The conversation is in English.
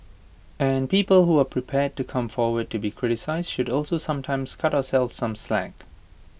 and people who are prepared to come forward to be criticised should also sometimes cut ourselves some slack